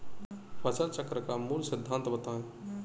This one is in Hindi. फसल चक्र का मूल सिद्धांत बताएँ?